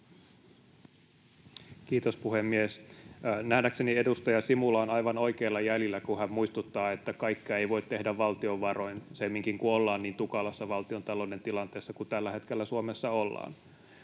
Kiitos, puhemies! Nähdäkseni edustaja Simula on aivan oikeilla jäljillä, kun hän muistuttaa, että kaikkea ei voi tehdä valtion varoin, semminkin kun ollaan niin tukalassa valtiontalouden tilanteessa kuin tällä hetkellä Suomessa ollaan.